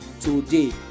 today